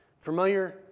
Familiar